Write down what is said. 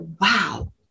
wow